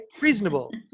reasonable